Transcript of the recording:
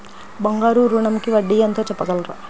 బంగారు ఋణంకి వడ్డీ ఎంతో చెప్పగలరా?